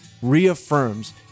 reaffirms